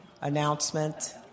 announcement